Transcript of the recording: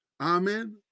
Amen